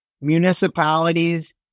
Municipalities